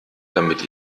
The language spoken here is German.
damit